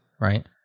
right